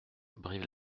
brive